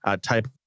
type